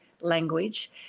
language